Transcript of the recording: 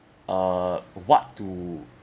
uh what to